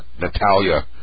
Natalia